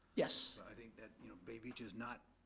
yes. i think that you know bay beach is not